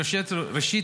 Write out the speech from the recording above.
ראשית,